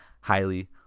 highly